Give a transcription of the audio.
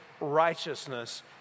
righteousness